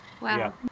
Wow